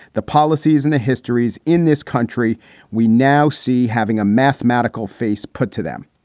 the policies and the histories in this country we now see having a mathematical face put to them.